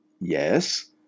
Yes